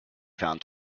found